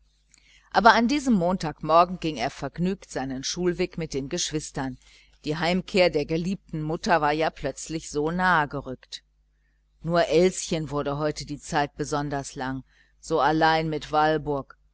aber an diesem montag morgen ging er vergnügt seinen schulweg mit den geschwistern die heimkehr der mutter war ja plötzlich so nahegerückt nur elschen wurde heute die zeit besonders lang so allein mit walburg